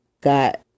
got